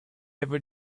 ever